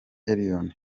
elion